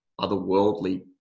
otherworldly